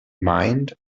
mind